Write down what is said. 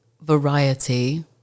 variety